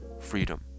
freedom